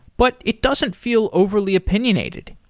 but it doesn't feel overly opinionated.